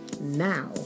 Now